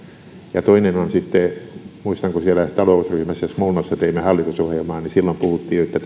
ja toinen muistan että kun siellä talousryhmässä smolnassa teimme hallitusohjelmaa silloin puhuttiin että